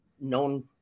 known